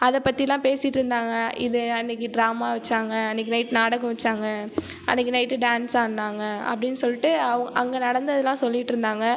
அதை பற்றிலாம் பேசிகிட்டுருந்தாங்க இது அன்றைக்கு ட்ராமா வைச்சாங்க அன்றைக்கு நைட் நாடகம் வைச்சாங்க அன்றைக்கு நைட்டு டான்ஸ் ஆடினாங்க அப்படின்னு சொல்லிட்டு அவுங் அங்கே நடந்ததுலாம் சொல்லிகிட்ருந்தாங்க